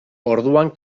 orduan